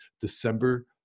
December